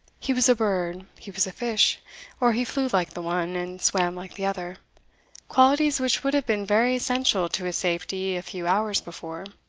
he was a bird he was a fish or he flew like the one, and swam like the other qualities which would have been very essential to his safety a few hours before.